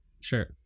sure